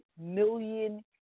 million